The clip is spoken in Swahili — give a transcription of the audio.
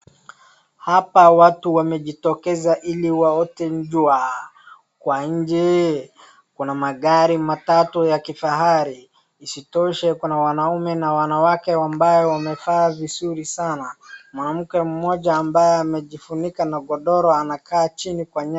Hapa watu wamejitokeza ili waote jua kwa nje. Kuna magari matatu ya kifahari, isitoshe kuna wanaume na wanawake ambayo wamevaa vizuri sana. Mwanamke mmoja ambaye amejifunika na godoro anakaa chini kwa nyasi.